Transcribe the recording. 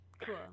Cool